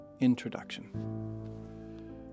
introduction